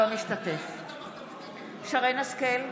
אינו משתתף בהצבעה שרן מרים השכל,